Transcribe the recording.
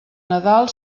nadal